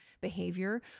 behavior